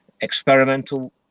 experimental